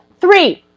Three